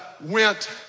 went